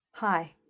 Hi